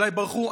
אולי ברחו,